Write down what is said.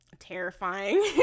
terrifying